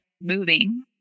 moving